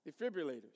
defibrillators